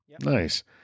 Nice